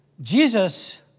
Jesus